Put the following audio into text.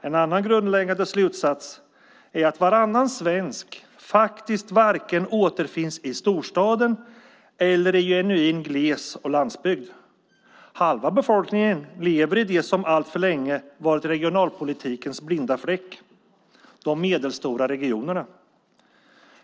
En annan grundläggande slutsats är att varannan svensk faktiskt varken återfinns i storstaden eller i genuin gles och landsbygd. Halva befolkningen lever i det som alltför länge varit regionalpolitikens blinda fläck: De medelstora regionerna.